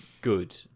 Good